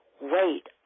wait